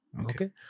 Okay